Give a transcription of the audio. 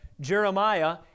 Jeremiah